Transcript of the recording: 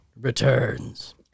returns